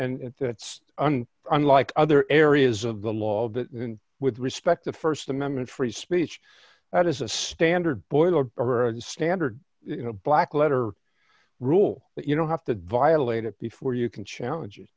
unfair unlike other areas of the law with respect to st amendment free speech that is a standard boiler or a standard you know black letter rule that you don't have to violate it before you can challenge